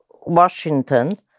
Washington